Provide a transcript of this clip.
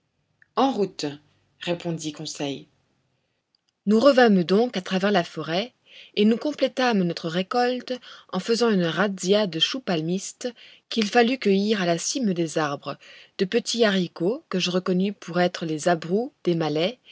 en route répondit conseil nous revînmes donc à travers la forêt et nous complétâmes notre récolte en faisant une razzia de chouxpalmistes qu'il fallut cueillir à la cime des arbres de petits haricots que je reconnus pour être les abrou des malais